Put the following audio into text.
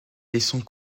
laisserons